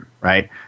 Right